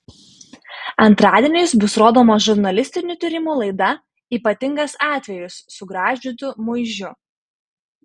antradieniais bus rodoma žurnalistinių tyrimų laida ypatingas atvejis su gražvydu muižiu